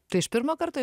tai iš pirmo karto